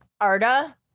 Arda